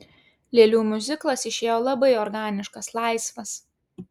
lėlių miuziklas išėjo labai organiškas laisvas